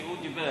כי הוא דיבר.